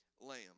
lamb